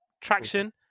traction